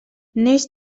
neix